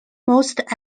most